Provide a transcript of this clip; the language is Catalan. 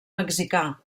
mexicà